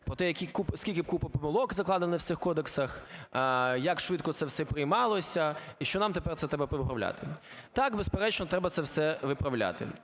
про те, скільки купа помилок закладена у цих кодексах, як швидко це все приймалося і що нам тепер це треба виправляти. Так, безперечно, треба це все виправляти.